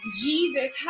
Jesus